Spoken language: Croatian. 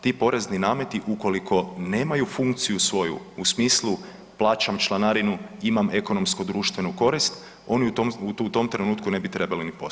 Ti porezni nameti ukoliko nemaju funkciju svoju u smislu plaćam članarinu imam ekonomsku društvenu korist, oni u tom trenutku ne bi trebali ni postojati.